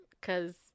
Cause